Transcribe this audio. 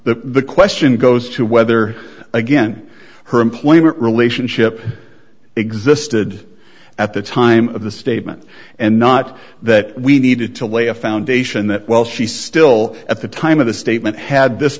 the question goes to whether again her employment relationship existed at the time of the statement and not that we needed to lay a foundation that while she still at the time of the statement had this